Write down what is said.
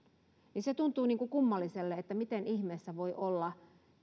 tuntuu kummalliselle miten ihmeessä voi olla